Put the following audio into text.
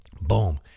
Boom